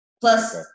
plus